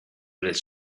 that